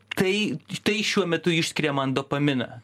tai tai šiuo metu išskiria man dopaminą